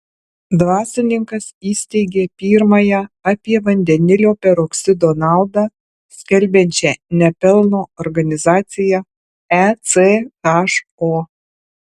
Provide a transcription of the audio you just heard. dvasininkas įsteigė pirmąją apie vandenilio peroksido naudą skelbiančią ne pelno organizaciją echo